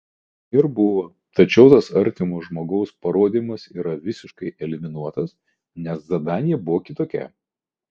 ir buvo tačiau tas artimo žmogaus parodymas yra visiškai eliminuotas nes zadanija buvo kitokia